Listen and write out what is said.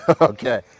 Okay